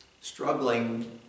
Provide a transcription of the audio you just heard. struggling